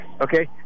Okay